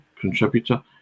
contributor